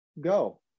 go